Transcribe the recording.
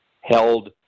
held